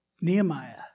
Nehemiah